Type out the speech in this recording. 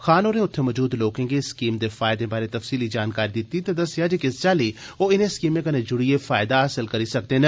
खान होरें उत्थै मजूद लोकें गी इस स्कीम दे फैयदें बारै तफसीली जानकारी दित्ती ते दस्सेआ जे किस चाली ओह् इनें स्कीमें कन्नै जुड़िए फैयदा हासल करी सकदे न